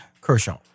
Kershaw